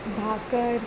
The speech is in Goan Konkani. भाकर